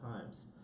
times